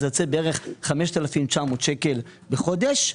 זה יוצר בערך 5,900 שקל בחודש.